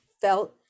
felt